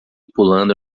pulando